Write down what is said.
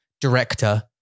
director